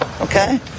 Okay